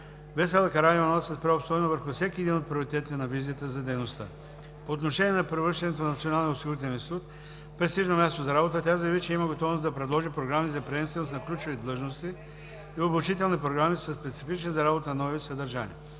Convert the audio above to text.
Весела Караиванова се спря обстойно върху всеки един от приоритетите на визията за дейността. По отношение на превръщането на Националния осигурителен институт в престижно място за работа тя заяви, че има готовност да предложи програми за приемственост на ключови длъжности и обучителни програми със специфично за работата на Националния